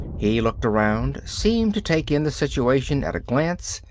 he looked around, seemed to take in the situation at a glance,